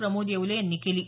प्रमोद येवले यांनी केली आहे